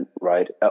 right